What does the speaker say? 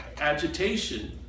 agitation